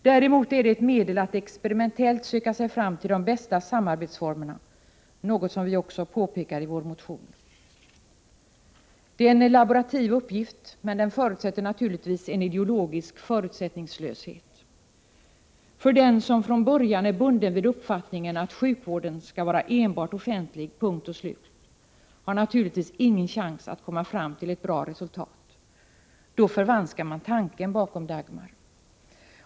Däremot är reformen ett medel att experimentellt söka sig fram till de bästa samarbetsformerna, något som vi också påpekar i vår motion. Det är en laborativ uppgift, men den förutsätter naturligtvis en ideologisk förutsättningslöshet. Den som från början är bunden vid uppfattningen att sjukvården skall vara enbart offentlig — punkt slut — har naturligtvis ingen chans att komma fram till bra resultat. Då förvanskar man tanken bakom Dagmar.